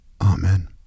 Amen